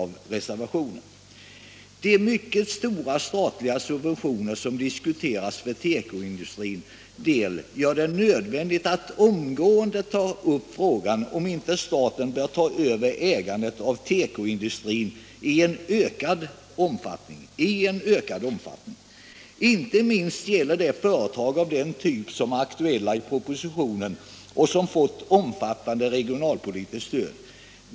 Vi föreslår i reservationen bl.a. följande utskottsskrivning: ”De mycket stora statliga subventioner som diskuteras för tekoindustrins del gör det nödvändigt att omgående ta upp frågan om inte staten bör ta över ägandet av tekoindustrin i ökad omfattning. Inte minst gäller det företag av den typ som är aktuella i propositionen och som fått omfattande regionalpolitiskt stöd.